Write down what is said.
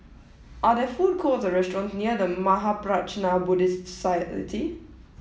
are there food courts or restaurants near The Mahaprajna Buddhist Society